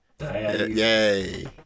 Yay